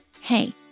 Hey